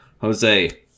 Jose